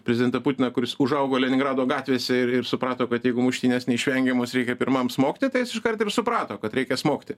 prezidentą putiną kuris užaugo leningrado gatvėse ir ir suprato kad jeigu muštynės neišvengiamos reikia pirmam smogti ta jis iškart ir suprato kad reikia smogti